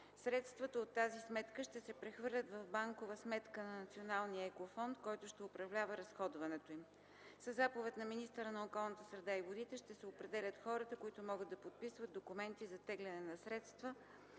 Средствата от тази сметка ще се прехвърлят в банкова сметка на Националния Еко Фонд, който ще управлява разходването им. Със заповед на министъра на околната среда и водите ще се определят хората, които могат да подписват документи за теглене на средства